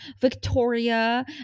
Victoria